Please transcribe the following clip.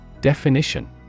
Definition